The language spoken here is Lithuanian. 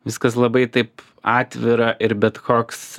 viskas labai taip atvira ir bet koks